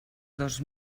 dos